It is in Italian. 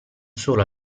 solo